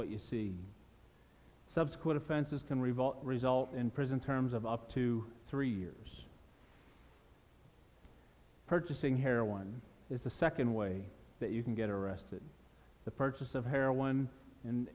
what you see subsequent offenses can revolve result in prison terms of up to three years purchasing heroin is the second way that you can get arrested the purchase of heroin and